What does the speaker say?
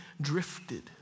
drifted